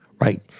right